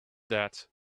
that